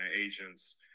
agents